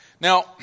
Now